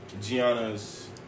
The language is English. Gianna's